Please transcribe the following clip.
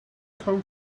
come